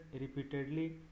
repeatedly